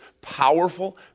powerful